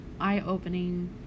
eye-opening